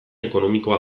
ekonomikoa